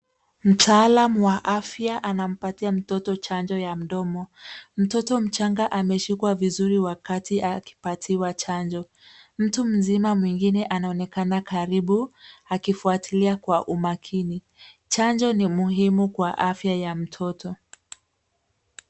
Mtaalam wa afya anampatia mtoto chanjo ya mdomo. Mtoto mchanga ameshikwa vizuri wakati akipatiwa chanjo. Mtu mzima mwingine anaonekana karibu, akifuatilia kwa umakini. Chanjo ni muhimu kwa afya ya mtoto.